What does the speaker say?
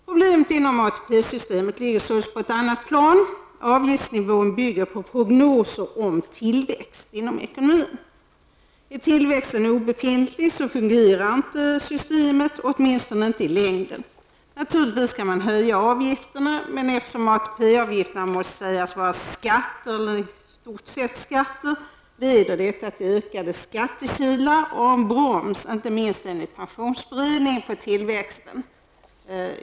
Problemet inom ATP-systemet ligger således på ett annat plan. Avgiftsnivån bygger på prognoser om tillväxt inom ekonomin. Är tillväxten obefintlig fungerar inte systemet, åtminstone inte i längden. Naturligtvis kan man höja avgifterna, men eftersom ATP-avgifterna måste sägas vara skatter leder detta till ökade skattekilar och en broms, inte minst enligt pensionsberedningen, på tillväxten.